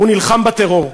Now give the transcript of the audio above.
הוא נלחם בטרור,